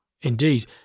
indeed